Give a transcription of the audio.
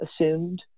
assumed